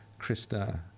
krista